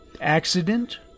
accident